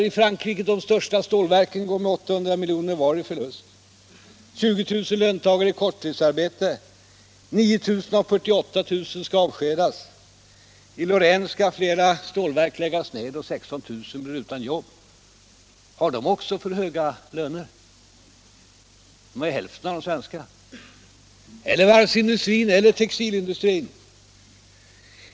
I Frankrike går de största stålverken vart och ett med 800 milj.kr. i förlust per år. 20 000 löntagare har korttidsarbete, 9 000 av 48 000 skall avskedas, och i Lorraine skall flera stålverk läggas ner, så att 16 000 människor blir utan arbete, Har också de för låga löner? Lönerna där är ju hälften så höga som de svenska. Eller är lönerna för höga inom varvsindustrin och textilindustrin?